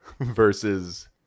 versus